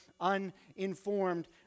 uninformed